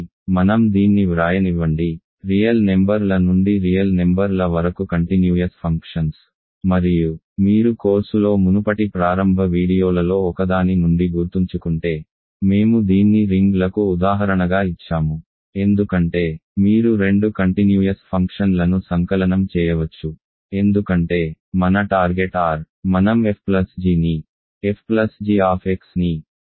కాబట్టి మనం దీన్ని వ్రాయనివ్వండి రియల్ నెంబర్ ల నుండి రియల్ నెంబర్ ల వరకు కంటిన్యూయస్ ఫంక్షన్స్ మరియు మీరు కోర్సులో మునుపటి ప్రారంభ వీడియోలలో ఒకదాని నుండి గుర్తుంచుకుంటే మేము దీన్ని రింగ్లకు ఉదాహరణగా ఇచ్చాము ఎందుకంటే మీరు రెండు కంటిన్యూయస్ ఫంక్షన్లను సంకలనం చేయవచ్చు ఎందుకంటే మన టార్గెట్ R మనం f g ని f ప్లస్ g ని f ప్లస్ g అని యాడ్ చేయవచ్చు